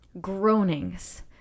groanings